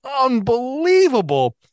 unbelievable